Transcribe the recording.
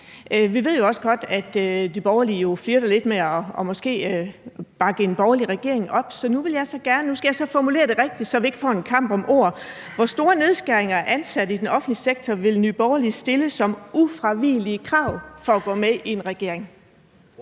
Vi ved jo godt, at Nye Borgerlige flirter lidt med måske at bakke en borgerlig regering op – og nu skal jeg så formulere spørgsmålet rigtigt, så vi ikke får en kamp om ord – men hvor store nedskæringer i antallet af ansatte i den offentlige sektor vil Nye Borgerlige stille som ufravigeligt krav for at gå med i en regering?